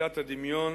מציתת הדמיון